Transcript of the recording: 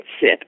sit